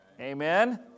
Amen